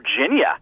Virginia